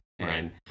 Right